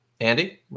Andy